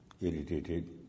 irritated